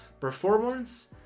Performance